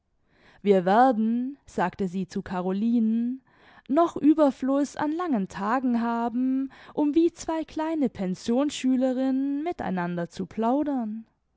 wir werden sagte sie zu carolinen noch ueberfluß an langen tagen haben um wie zwei kleine pensions schülerinnen mit einander zu plaudern